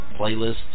playlists